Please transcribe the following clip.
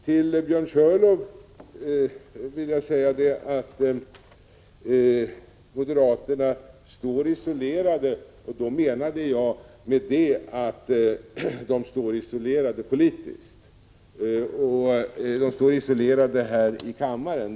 Till Björn Körlof vill jag säga att när jag sade att moderaterna står isolerade menade jag att de står isolerade politiskt och här i kammaren.